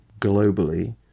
globally